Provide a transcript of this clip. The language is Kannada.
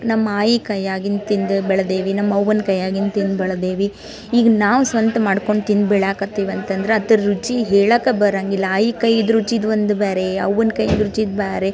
ನಮ್ಮ ಆಯಿ ಕೈಯಾಗಿಂದು ತಿಂದು ಬೆಳ್ದೀವಿ ನಮ್ಮ ಅವ್ವನ ಕೈಯಾಗಿಂದು ತಿಂದು ಬೆಳ್ದೇವಿ ಈಗ ನಾವು ಸ್ವಂತ ಮಾಡ್ಕೊಂಡು ತಿಂದು ಬೆಳೆಯಾಕತ್ತೀವಿ ಅಂತ ಅಂದ್ರೆ ಅದರ ರುಚಿ ಹೇಳಾಕೆ ಬರೋಂಗಿಲ್ಲ ಆಯಿ ಕೈಯಿದು ರುಚಿದು ಒಂದು ಬೇರೆ ಅವ್ವಂದು ಕೈಯಿದು ರುಚಿದು ಬೇರೆ